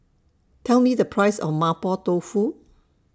Tell Me The Price of Mapo Tofu